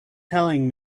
telling